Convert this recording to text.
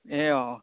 ए अँ अँ